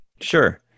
Sure